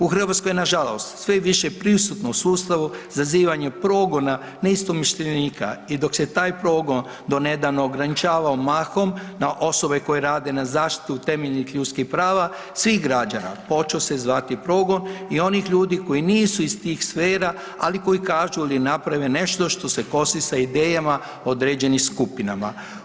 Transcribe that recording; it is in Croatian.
U Hrvatskoj nažalost sve je više prisutno u sustavu zazivanje progona neistomišljenika i dok se taj progon do nedavno ograničavao mahom na osobe koje rade na zaštiti utemeljenih ljudskih prava svih građana počeo se zvati progon i onih ljudi koji nisu iz tih sfera, ali koji kažu ili naprave nešto što se kosi sa idejama određenih skupinama.